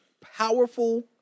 powerful